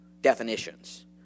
definitions